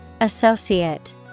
Associate